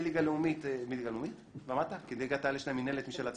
מהליגה הלאומית ומטה כי לליגת העל יש מינהלת משל עצמה.